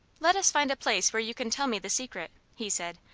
let us find a place where you can tell me the secret, he said,